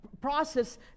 process